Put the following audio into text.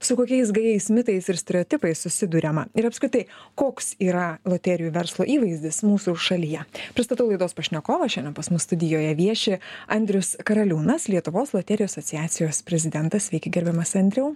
su kokiais gajais mitais ir stereotipais susiduriama ir apskritai koks yra loterijų verslo įvaizdis mūsų šalyje pristatau laidos pašnekovą šiandien pas mus studijoje vieši andrius karaliūnas lietuvos loterijų asociacijos prezidentas sveiki gerbiamas andriau